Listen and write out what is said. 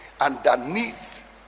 underneath